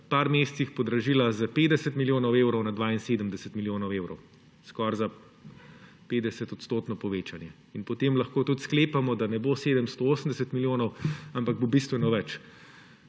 v nekaj mesecih podražilo s 50 milijonov evrov na 72 milijonov evrov, to je skoraj 50-odstotno povečanje. In potem lahko tudi sklepamo, da ne bo 780 milijonov, ampak bo bistveno več.